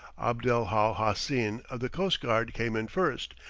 abdel hal hassin of the coast guard came in first,